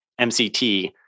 MCT